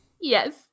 Yes